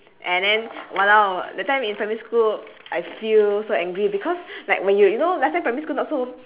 and then !walao! that time in primary school I feel so angry because like when you you know last time in primary school not so